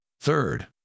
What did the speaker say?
Third